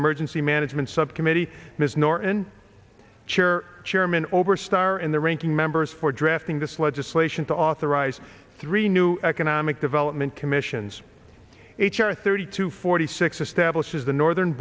emergency management subcommittee ms norton chair chairman oberstar and the ranking members for drafting this legislation to authorize three new economic development commissions h r thirty to forty six establishes the northern